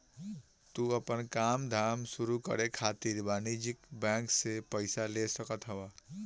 तू आपन काम धाम शुरू करे खातिर वाणिज्यिक बैंक से पईसा ले सकत हवअ